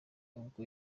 ubwo